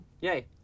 Yay